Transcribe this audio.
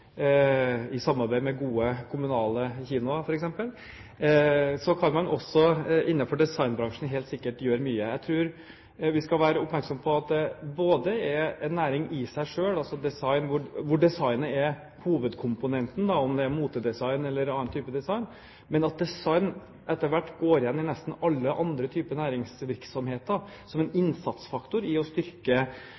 i samarbeid med gode kommunale kinoer, også innenfor designbransjen helt sikkert kan gjøre mye. Jeg tror vi skal være oppmerksom på at det både er en næring i seg selv, hvor design er hovedkomponenten, enten det er motedesign eller annen type design, og også at design etter hvert går igjen i nesten alle andre typer næringsvirksomheter som en